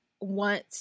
want